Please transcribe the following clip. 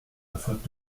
erfolgt